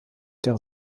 der